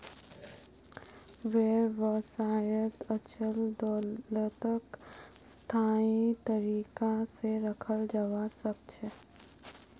व्यवसायत अचल दोलतक स्थायी तरीका से रखाल जवा सक छे